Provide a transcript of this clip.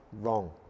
wrong